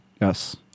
Yes